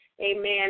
Amen